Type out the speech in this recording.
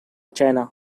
china